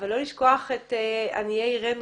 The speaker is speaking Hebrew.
אבל לא לשכוח את עניי עירנו,